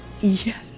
Yes